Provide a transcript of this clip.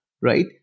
right